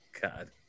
God